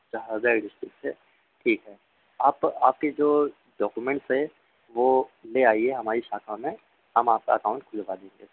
अच्छा हरदा डिस्टिक से ठीक है आप आपकी जो डॉकुमेंट्स है वह ले आइए हमारी शाखा में हम आपका अकाउंट खुलवा देंगे